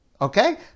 Okay